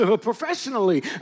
professionally